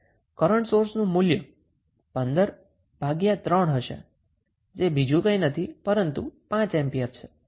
current સોર્સનું મૂલ્ય 15 ભાગ્યા 3 હશે જે બીજું કંઈ નથી પરંતુ 5 એમ્પીયર છે